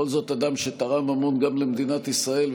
צריך להגביר משמעותית את האכיפה,